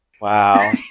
Wow